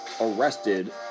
arrested